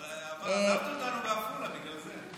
אבל עזבת אותנו בעפולה, בגלל זה.